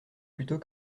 plutôt